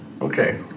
Okay